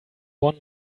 one